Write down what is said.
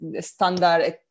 standard